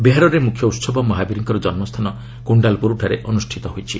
ବିହାରରେ ମୁଖ୍ୟ ଉତ୍ସବ ମହାବୀରଙ୍କର ଜନ୍ମସ୍ଥାନ କୃଣ୍ଣାଲପ୍ରରଠାରେ ଅନ୍ତ୍ଷିତ ହୋଇଛି